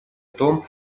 том